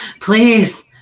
please